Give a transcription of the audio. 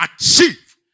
achieve